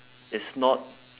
is not